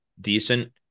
decent